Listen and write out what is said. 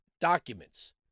documents